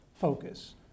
focus